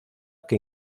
que